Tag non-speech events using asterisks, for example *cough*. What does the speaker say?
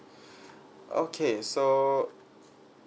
*breath* okay so